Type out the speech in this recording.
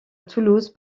toulouse